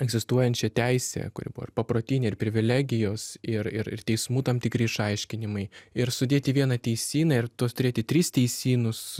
egzistuojančią teisę kuri buvo ir paprotinė ir privilegijos ir ir ir teismų tam tikri išaiškinimai ir sudėti į vieną teisyną ir tuos turėti tris teisynus